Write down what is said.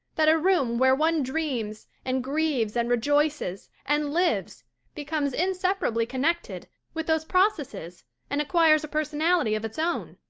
that a room where one dreams and grieves and rejoices and lives becomes inseparably connected with those processes and acquires a personality of its own.